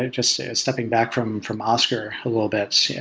ah just stepping back from from oscar a little bit. so yeah